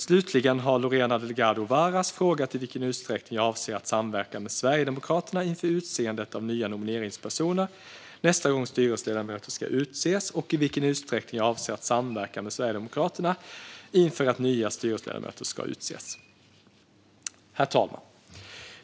Slutligen har Lorena Delgado Varas frågat i vilken utsträckning jag avser att samverka med Sverigedemokraterna inför utseendet av nya nomineringspersoner nästa gång styrelseledamöter ska utses och i vilken utsträckning jag avser att samverka med Sverigedemokraterna inför att nya styrelseledamöter ska utses.